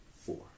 four